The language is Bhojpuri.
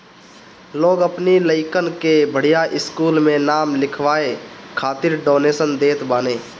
लोग अपनी लइकन के बढ़िया स्कूल में नाम लिखवाए खातिर डोनेशन देत बाने